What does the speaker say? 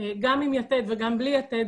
גם עם יתד וגם בלי יתד,